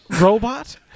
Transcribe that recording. robot